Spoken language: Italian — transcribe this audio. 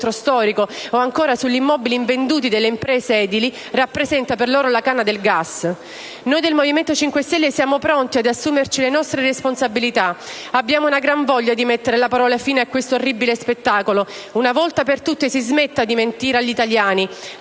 storico o ancora sugli immobili invenduti delle imprese edili rappresenta per loro la canna del gas. Noi del Movimento 5 Stelle siamo pronti ad assumerci le nostre responsabilità: abbiamo una gran voglia di mettere la parola fine a questo orribile spettacolo. Una volta per tutte si smetta di mentire agli italiani,